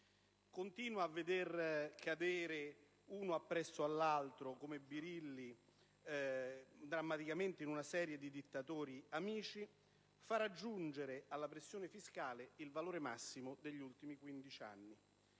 continua a veder cadere uno dietro all'altro, come birilli, drammaticamente, una serie di dittatori amici, fa raggiungere alla pressione fiscale il valore massimo degli ultimi 15 anni.